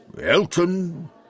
Elton